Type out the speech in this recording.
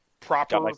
Proper